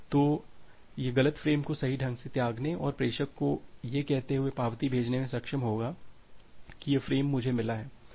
तो यह गलत फ्रेम को सही ढंग से त्यागने और प्रेषक को यह कहते हुए पावती भेजने में सक्षम होगा कि यह फ्रेम मुझे मिला है